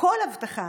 כל הבטחה.